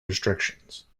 restrictions